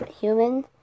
human